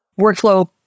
workflow